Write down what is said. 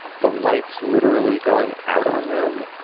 the light's literally going out on them.